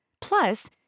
Plus